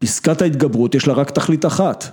פסקת ההתגברות יש לה רק תכלית אחת